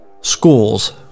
schools